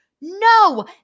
No